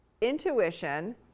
intuition